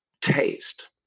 taste